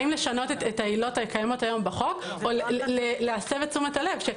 האם לשנות את העילות הקיימות היום בחוק או להסב את תשומת הלב?